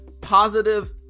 positive